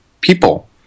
people